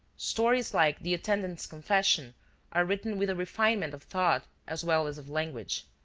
stories like the attendant's confession are written with a refinement of thought as well as of language.